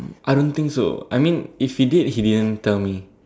I don't think so I mean if he did he didn't tell me